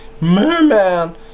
Merman